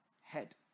head